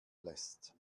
lässt